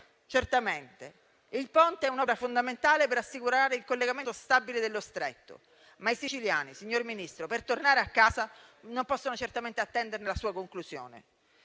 Certamente il Ponte è un'opera fondamentale per assicurare il collegamento stabile dello Stretto, ma i siciliani, signor Ministro, per tornare a casa non possono attenderne la realizzazione.